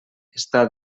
està